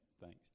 thanks